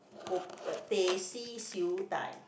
ko~ uh Teh C Siew Dai